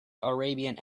arabian